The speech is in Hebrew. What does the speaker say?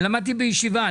למדתי בישיבה,